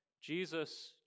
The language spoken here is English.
Jesus